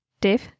Dave